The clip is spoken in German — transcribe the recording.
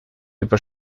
über